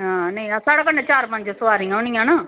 हां नी साढ़ै कन्नैं चार पंज सोआरियां होनियां न